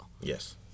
Yes